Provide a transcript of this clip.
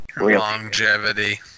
Longevity